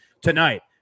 tonight